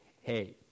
hey